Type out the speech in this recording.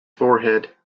forehead